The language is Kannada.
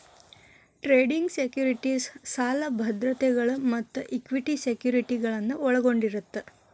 ಟ್ರೇಡಿಂಗ್ ಸೆಕ್ಯುರಿಟೇಸ್ ಸಾಲ ಭದ್ರತೆಗಳ ಮತ್ತ ಇಕ್ವಿಟಿ ಸೆಕ್ಯುರಿಟಿಗಳನ್ನ ಒಳಗೊಂಡಿರತ್ತ